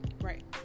Right